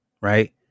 right